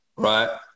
right